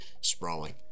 sprawling